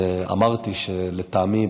אמרתי שלטעמי,